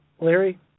Larry